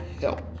help